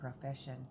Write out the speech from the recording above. profession